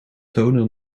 toner